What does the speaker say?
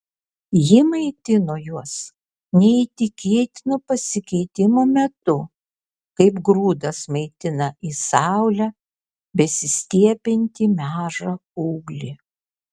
ji maitino juos neįtikėtino pasikeitimo metu kaip grūdas maitina į saulę besistiebiantį mažą ūglį